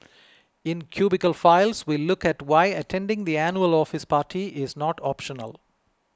in Cubicle Files we look at why attending the annual office party is not optional